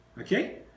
Okay